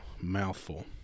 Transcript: mouthful